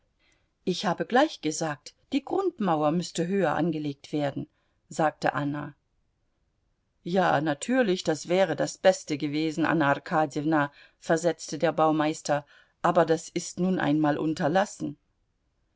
ich habe gleich gesagt die grundmauer müßte höher angelegt werden sagte anna ja natürlich das wäre das beste gewesen anna arkadjewna versetzte der baumeister aber das ist nun einmal unterlassen